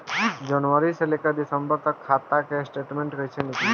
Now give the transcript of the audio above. जनवरी से लेकर दिसंबर तक के खाता के स्टेटमेंट कइसे निकलि?